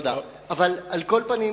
על כל פנים,